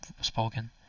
spoken